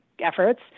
efforts